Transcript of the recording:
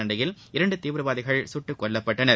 சண்டையில் இரண்டு தீவிரவாதிகள் சுட்டுக் கொல்லப்பட்டனர்